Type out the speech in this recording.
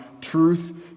truth